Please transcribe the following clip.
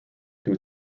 due